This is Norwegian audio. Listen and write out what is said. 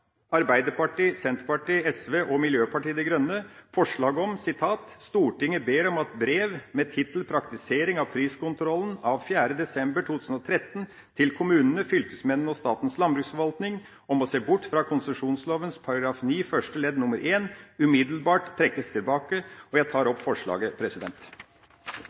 Arbeiderpartiet, Senterpartiet Sosialistisk Venstreparti og Miljøpartiet De Grønne følgende forslag: «Stortinget ber om at brev med tittel Praktisering av priskontrollen av 4. desember 2013 til kommunene, fylkesmennene og Statens landbruksforvaltning om å se bort fra konsesjonsloven § 9 første ledd nr. 1 umiddelbart trekkes tilbake.» Jeg tilrår komiteens innstilling. Først vil jeg si at jeg slutter meg helt og